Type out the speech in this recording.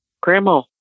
Grandma